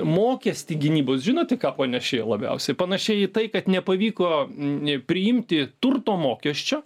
mokestį gynybos žinot į ką panašėja labiausiai panašėja į tai kad nepavyko priimti turto mokesčio